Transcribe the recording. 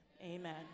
amen